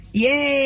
yay